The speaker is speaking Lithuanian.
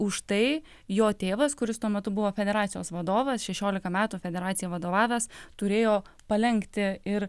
už tai jo tėvas kuris tuo metu buvo federacijos vadovas šešiolika metų federacijai vadovavęs turėjo palenkti ir